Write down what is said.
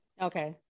Okay